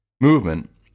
Movement